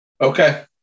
Okay